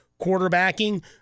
quarterbacking